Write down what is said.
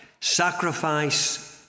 Sacrifice